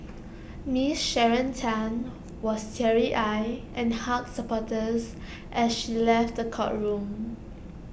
miss Sharon Tan was teary eyed and hugged supporters as she left the courtroom